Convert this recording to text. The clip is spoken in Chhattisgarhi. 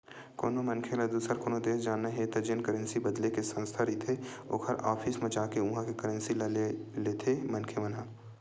कोनो मनखे ल दुसर कोनो देस जाना हे त जेन करेंसी बदले के संस्था रहिथे ओखर ऑफिस म जाके उहाँ के करेंसी ल ले लेथे मनखे मन ह